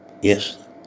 Yes